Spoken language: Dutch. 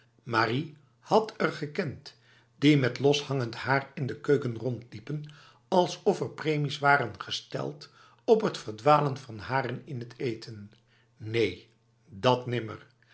marie had er gekend die met loshangend haar in de keuken rondliepen alsof er premies waren gesteld op het verdwalen van haren in het eten neen dat nimmer